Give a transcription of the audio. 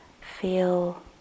feel